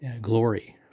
glory